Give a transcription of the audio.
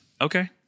Okay